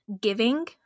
giving